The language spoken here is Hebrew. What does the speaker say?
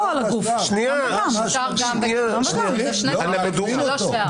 מעכבים אותו.